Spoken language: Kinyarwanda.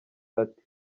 ati